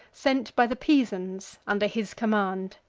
sent by the pisans under his command.